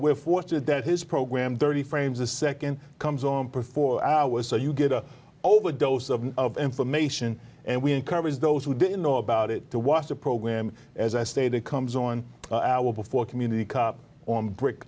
we're fortunate that his program thirty frames a second comes on par four hours so you get an overdose of of information and we encourage those who didn't know about it to watch the program as i state it comes on before community cop on br